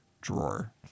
drawer